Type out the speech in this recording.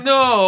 no